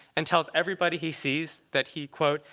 and tells everybody he sees that he quote,